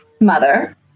mother